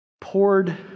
poured